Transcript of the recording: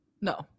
No